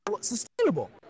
sustainable